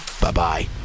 bye-bye